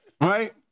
Right